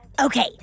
Okay